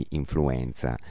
influenza